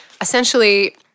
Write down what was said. essentially